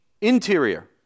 interior